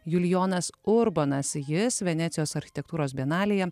julijonas urbonas jis venecijos architektūros bienalėje